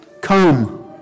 Come